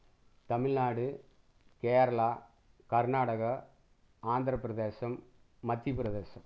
Tamil Nadu Kerala Karnataka Andhra Pradesh Madhya Pradesh